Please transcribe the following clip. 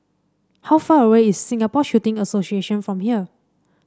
how far away is Singapore Shooting Association from here